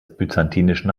byzantinischen